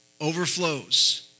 overflows